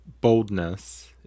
boldness